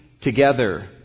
together